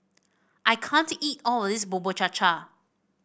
I can't eat all of this Bubur Cha Cha